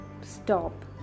Stop